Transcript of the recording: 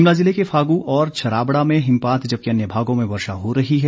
शिमला ज़िला के फागू और छराबड़ा में हिमपात जबकि अन्य भागों में वर्षा हो रही है